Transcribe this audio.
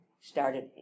started